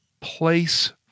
place